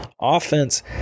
Offense